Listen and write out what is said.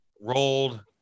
Rolled